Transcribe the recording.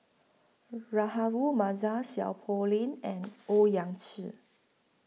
Rahayu Mahzam Seow Poh Leng and Owyang Chi